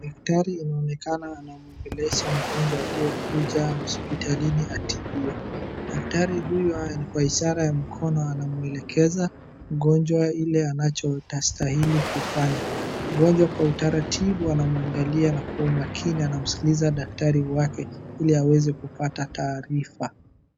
Daktari inaonekana anamwongelesha mgonjwa aliyekuja hospitalini atibiwe. Daktari huyo kwa ishara ya mkono anamwelekeza, mgonjwa ile anachotastahili kufanya. Mgonjwa kwa utaratibu anamwangalia na kwa umakini anamskiliza daktari wake ili aweze kupata taarifa.